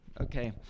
okay